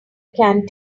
can